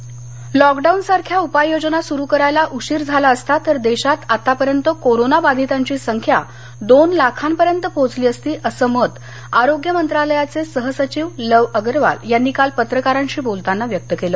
आमरवाल lock डाऊनसारख्या उपाययोजना सुरु करायला उशीर झाला असता तर देशात आतापर्यंत कोरोना बाधितांची संख्या दोन लाखापर्यंत पोहोचली असती असं मत आरोग्य मंत्रालयाचे सहसचिव लव आगरवाल यांनी काल पत्रकारांशी बोलताना व्यक्त केलं